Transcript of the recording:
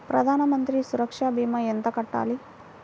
ప్రధాన మంత్రి సురక్ష భీమా ఎంత కట్టాలి?